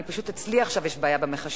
פשוט אצלי עכשיו יש בעיה במחשב.